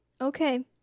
okay